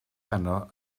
heno